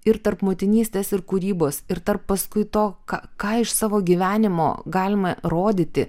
ir tarp motinystės ir kūrybos ir tarp paskui to ką ką iš savo gyvenimo galima rodyti